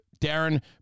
Darren